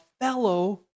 fellow